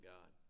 God